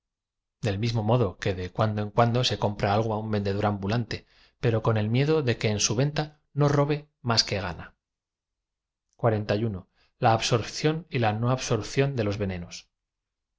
del mismo modo que de cuando en cuando se compra algo á un vendedor am bulante pero con el miedo de que en su venta no robe más que gana x la absorción y la noahsorción de los venenos